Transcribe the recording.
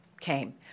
came